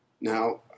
Now